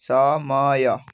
ସମୟ